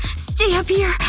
stay up yeah